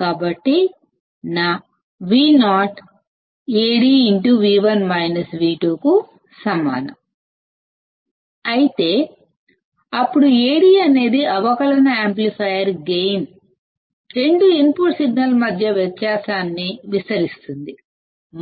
కాబట్టి నా Vo Ad కు సమానం అయితే అప్పుడు Ad అనేది అవకలన యాంప్లిఫైయర్ గైన్ రెండు ఇన్పుట్ సిగ్నల్స్ మధ్య వ్యత్యాసాన్ని యాంప్లిఫయ్ చేస్తుంది